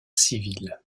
civil